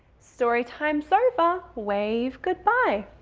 story times ah over wave goodbye.